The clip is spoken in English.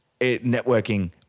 networking